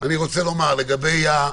אני אומר לאלה